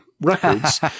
records